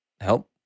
help